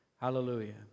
Hallelujah